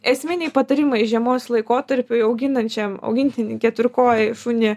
esminiai patarimai žiemos laikotarpiui auginančiam augintinį keturkojį šunį